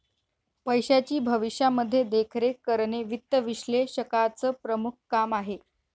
पैशाची भविष्यामध्ये देखरेख करणे वित्त विश्लेषकाचं प्रमुख काम आहे